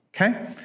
Okay